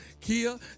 Kia